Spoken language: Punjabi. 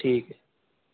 ਠੀਕ ਹੈ